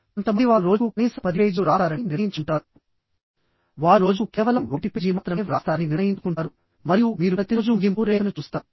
కొంతమంది వారు రోజుకు కనీసం 10 పేజీలు వ్రాస్తారని నిర్ణయించుకుంటారు వారు రోజుకు కేవలం 1 పేజీ మాత్రమే వ్రాస్తారని నిర్ణయించుకుంటారు మరియు మీరు ప్రతిరోజూ ముగింపు రేఖను చూస్తారు